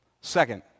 Second